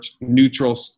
neutral